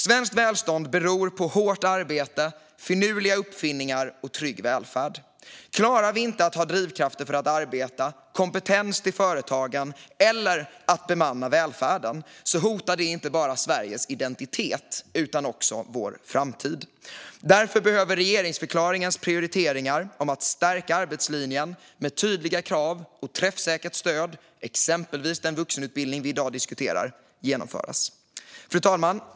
Svenskt välstånd beror på hårt arbete, finurliga uppfinningar och trygg välfärd. Klarar vi inte att ha drivkrafter för att arbeta, kompetens till företagen och att bemanna välfärden hotar det inte bara Sveriges identitet utan också vår framtid. Därför behöver regeringsförklaringens prioriteringar om att stärka arbetslinjen med tydliga krav och träffsäkert stöd, exempelvis den vuxenutbildning vi i dag diskuterar, genomföras. Fru talman!